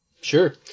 Sure